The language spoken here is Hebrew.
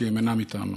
כי הם אינם איתנו.